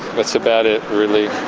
that's about it really.